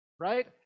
Right